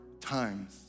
times